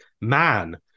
man